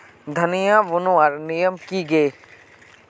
धनिया बूनवार नियम की गे?